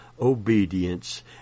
obedience